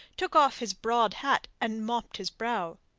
took off his broad hat, and mopped his brow.